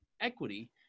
Equity